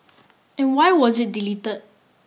and why was it delete